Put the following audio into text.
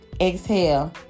exhale